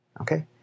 okay